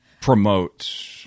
promote